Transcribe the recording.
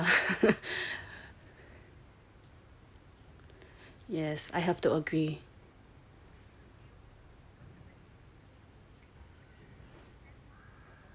yeah yes I have to agree